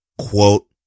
Quote